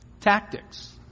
Tactics